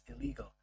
illegal